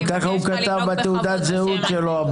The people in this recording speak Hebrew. אבל ככה הוא כתב בתעודת זהות שלו.